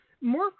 More